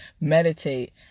meditate